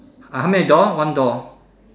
how many door one door